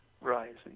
rising